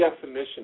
definition